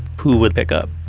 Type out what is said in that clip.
who would pick up?